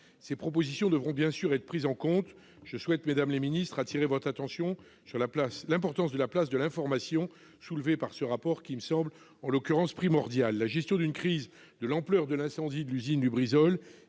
qu'il contient devront bien sûr être prises en compte. Je souhaite, mesdames les ministres, attirer votre attention sur l'importance du rôle de l'information, soulevée par ce rapport, et qui me semble primordiale. La gestion d'une crise de l'ampleur de celle de l'incendie de l'usine Lubrizol